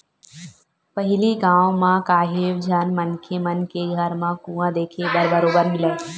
पहिली गाँव म काहेव झन मनखे मन के घर म कुँआ देखे बर बरोबर मिलय